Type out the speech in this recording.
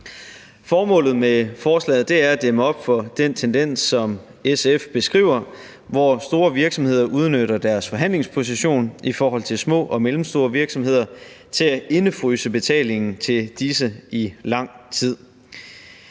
Formålet med forslaget er at dæmme op for den tendens, som SF beskriver, hvor store virksomheder udnytter deres forhandlingsposition i forhold til små og mellemstore virksomheder til at indefryse betalingen til disse i lang tid.